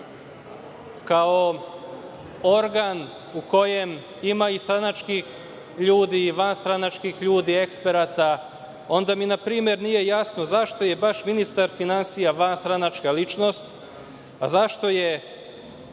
kao organ u kojem ima i stranačkih ljudi i vanstranačkih ljudi, eksperata, onda mi na primer nije jasno - zašto je baš ministar finansija vanstranačka ličnost, a zašto je